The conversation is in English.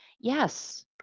yes